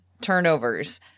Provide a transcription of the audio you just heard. turnovers